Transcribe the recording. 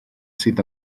sydd